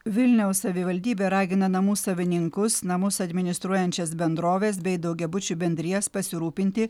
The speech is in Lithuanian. vilniaus savivaldybė ragina namų savininkus namus administruojančias bendroves bei daugiabučių bendrijas pasirūpinti